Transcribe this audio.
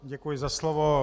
Děkuji za slovo.